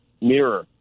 mirror